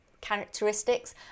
characteristics